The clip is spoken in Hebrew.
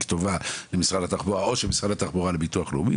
טובה למשרד התחבורה או שמשרד התחבורה לביטוח לאומי,